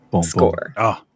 score